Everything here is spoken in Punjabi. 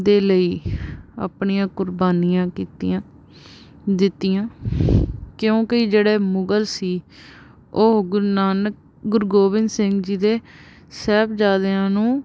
ਦੇ ਲਈ ਆਪਣੀਆਂ ਕੁਰਬਾਨੀਆਂ ਕੀਤੀਆਂ ਦਿੱਤੀਆਂ ਕਿਉਂਕਿ ਜਿਹੜੇ ਮੁਗਲ ਸੀ ਉਹ ਗੁਰੂ ਨਾਨਕ ਗੁਰੂ ਗੋਬਿੰਦ ਸਿੰਘ ਜੀ ਦੇ ਸਾਹਿਬਜ਼ਾਦਿਆਂ ਨੂੰ